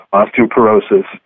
osteoporosis